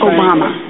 Obama